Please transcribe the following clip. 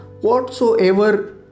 whatsoever